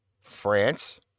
France